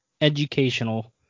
educational